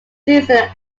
season